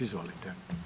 Izvolite.